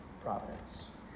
providence